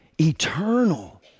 eternal